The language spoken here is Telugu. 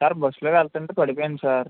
సార్ బస్సులో వెళ్తుంటే పడిపోయింది సార్